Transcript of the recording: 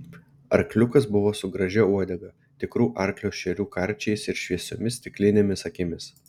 arkliukas buvo su gražia uodega tikrų arklio šerių karčiais ir šviesiomis stiklinėmis akimis